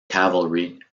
cavalry